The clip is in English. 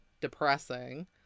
depressing